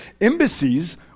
embassies